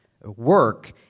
Work